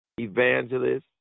evangelists